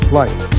life